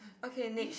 okay next